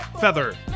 Feather